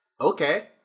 okay